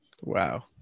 Wow